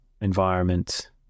environment